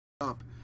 up